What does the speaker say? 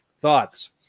Thoughts